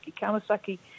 kawasaki